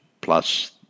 plus